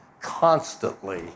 constantly